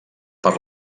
per